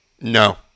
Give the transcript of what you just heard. no